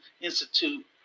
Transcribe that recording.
Institute